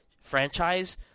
franchise